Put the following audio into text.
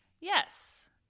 Yes